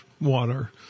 water